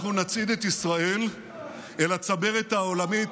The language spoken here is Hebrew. אנחנו נצעיד את ישראל אל הצמרת העולמית.